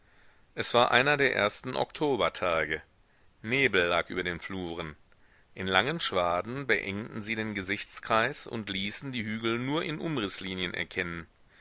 es war einer der ersten oktobertage nebel lag über den fluren in langen schwaden beengten sie den gesichtskreis und ließen die hügel nur in umrißlinien erkennen